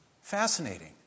Fascinating